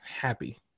happy